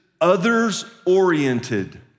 others-oriented